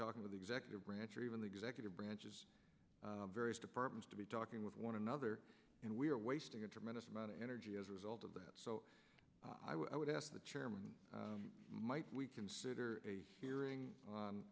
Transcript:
talking to the executive branch or even the executive branches various departments to be talking with one another and we are wasting a tremendous amount of energy as a result of that so i would ask the chairman might we consider hearing